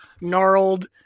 gnarled